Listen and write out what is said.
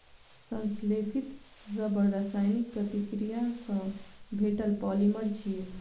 संश्लेषित रबड़ रासायनिक प्रतिक्रिया सं भेटल पॉलिमर छियै